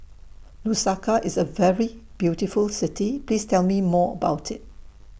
Lusaka IS A very beautiful City Please Tell Me More about IT